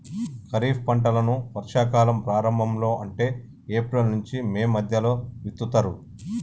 ఖరీఫ్ పంటలను వర్షా కాలం ప్రారంభం లో అంటే ఏప్రిల్ నుంచి మే మధ్యలో విత్తుతరు